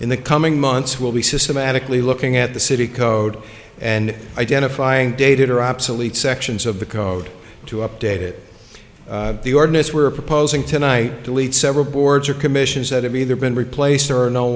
in the coming months will be systematically looking at the city code and identifying dated or obsolete sections of the code to update it the ordinance we're proposing tonight to lead several boards or commissions that have either been replaced or are no